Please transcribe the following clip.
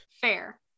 Fair